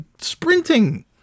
sprinting